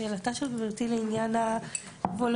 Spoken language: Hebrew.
לשאלתה של גברתי לעניין הוולונטריות,